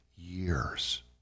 years